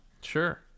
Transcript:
sure